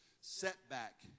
setback